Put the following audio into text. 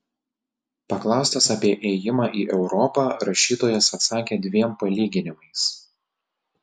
paklaustas apie ėjimą į europą rašytojas atsakė dviem palyginimais